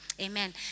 Amen